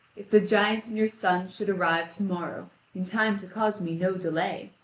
if the giant and your sons should arrive to-morrow in time to cause me no delay,